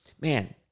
man